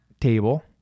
table